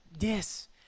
Yes